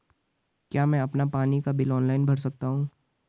क्या मैं अपना पानी का बिल ऑनलाइन भर सकता हूँ?